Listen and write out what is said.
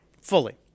fully